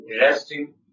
resting